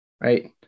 right